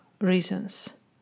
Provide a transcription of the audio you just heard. reasons